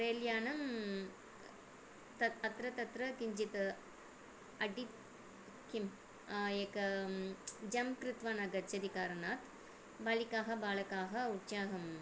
रेल्यानं तत् अत्र तत्र किञ्चित् अड्डि किम् एक जम्प् कृत्वा न गच्छति कारणात् बालिकाः बालकाः उत्साहः